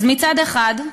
אז מצד אחד,